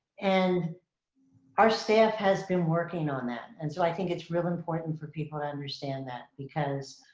and our staff has been working on that. and so i think it's real important for people to understand that because